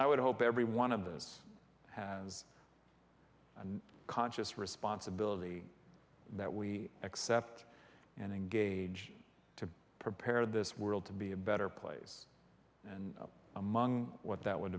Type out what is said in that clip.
us i would hope every one of those has and conscious responsibility that we accept and engage to prepare this world to be a better place and among what that would